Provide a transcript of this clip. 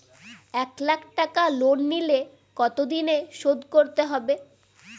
এক লাখ টাকা লোন নিলে কতদিনে শোধ করতে হবে?